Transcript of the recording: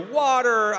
water